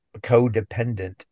codependent